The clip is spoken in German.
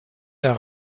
der